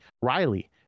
riley